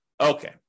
Okay